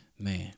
Man